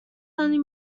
only